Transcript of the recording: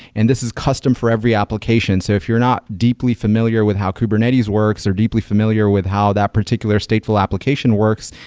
and this is custom for every application. so if you're not deeply familiar with how kubernetes works or deeply familiar with how that particular stateful application works,